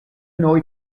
noi